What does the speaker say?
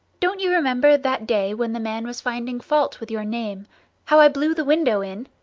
don't you remember that day when the man was finding fault with your name how i blew the window in?